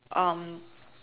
um